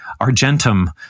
argentum